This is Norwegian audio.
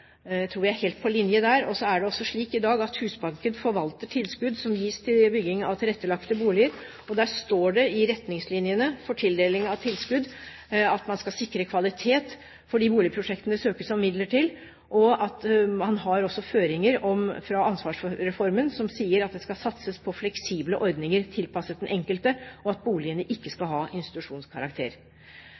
Jeg tror vi er helt på linje der. Så er det også slik i dag at Husbanken forvalter tilskudd som gis til bygging av tilrettelagte boliger. Der står det i retningslinjene for tildeling av tilskudd at man skal sikre kvalitet for de boligprosjektene det søkes om midler til, og man har også føringer fra ansvarsreformen som sier at det skal satses på fleksible ordninger tilpasset den enkelte, og at boligene ikke skal ha institusjonskarakter.